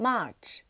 March